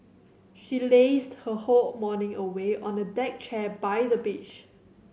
she lazed her whole morning away on a deck chair by the beach